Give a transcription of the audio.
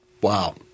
Wow